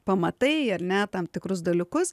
pamatai ar ne tam tikrus dalykus